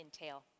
entail